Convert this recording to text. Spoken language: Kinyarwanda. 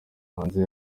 hanze